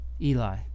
Eli